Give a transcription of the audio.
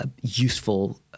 useful